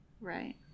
Right